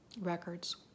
records